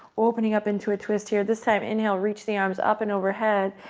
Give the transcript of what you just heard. opening up into a twist here. this time, inhale, reach the arms up and overhead.